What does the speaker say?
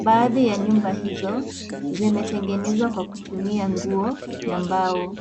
Baadhi ya nyumba hizo zimetengenezwa kwa kutumia nguo na mbao.